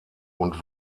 und